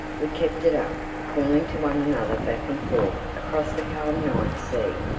we kept it up, calling to one another back and forth across the calm night sea.